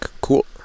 Cool